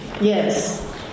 Yes